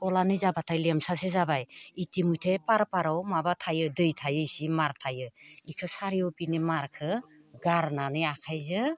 थलानै जाबाथाय लेमसासो जाबाय इटिमयधे फार फाराव माबा थायो दै थायो जि मार थायो बेखौ सोरगिदिं मारखौ गारनानै आखाइजों